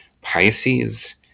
Pisces